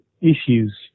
issues